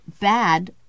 bad